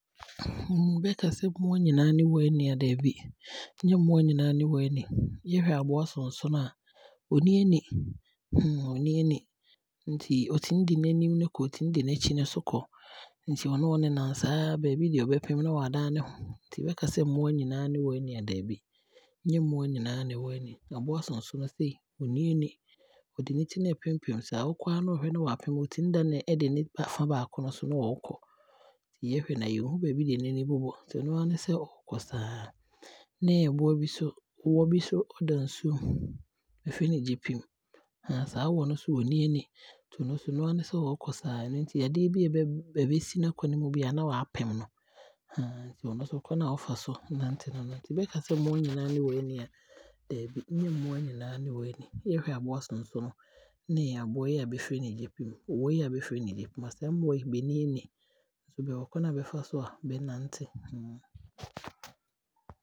Bɛkasɛ mmoa nyinaa ne wɔ ani a, daabi nnyɛ mmoa nyinaa ne wɔ ani. Yɛhwɛ aboa sonsono a ɔnni ani ɔnni ani, nti ɔtumi de n'anim no kɔ, ɔtumi de n'akyi nso kɔ, nti ɔno ɔnenam saa baabi deɛ ɔbɛpem no na waadane ne ho, nti bɛkasɛ mmoa nyinaa ne wɔ ani a, daabi nnyɛ mmoa nyinaa ne wɔ ani, aboa sonsono sei ɔnni ani. Ɔde ne ti no ɛɛpempem saa, saa ɔkɔ na ɔhwɛ na waapem a ɔtumi dane na ɔde ne fa baako no nso ɔɔkɔ nti yɛhwɛ no a Yɛnhu baabi deɛ N'ani no wɔ nti ɛno aa ne sɛ ɔɔkɔ. Ɔkɔ saa. Ne aboa bi nso, wɔ bi so da nsuom bɛfrɛ no gyepim ahata saa wɔ no nso ɔnni ani, nti ɔno nso ɛno aa ne sɛ ɔɔkɔ saa, ɛno nti adeɛ biara ɛbɛsi N'akwan mu biaa na waapem no ɔno nso kwane a ɔfa so nante no no. Bɛkasɛ mmoa nyinaa ne wɔ ani a, daabi nnyɛ mmoa nyinaa ne wɔ ani. Yɛhwɛ aboa sonsono ne aboa yi a bɛfrɛ no gyepim, wɔ yi a bɛfrɛ no gyepim yi a saa mmoa mmienu yi banni ani nti bɛwɔ kwane a bɛfa so nante.